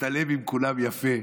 מצטלם עם כולם יפה,